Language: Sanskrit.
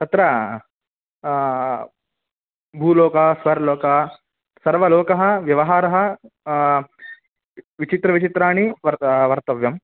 तत्र भूलोकः स्वर्लोकः सर्वलोकः व्यवहारः विचित्रविचित्राणि वर्त वर्तितव्यं